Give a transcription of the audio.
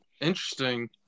Interesting